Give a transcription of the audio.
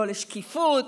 לא לשקיפות,